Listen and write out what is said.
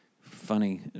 funny